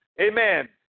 Amen